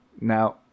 Now